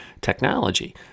technology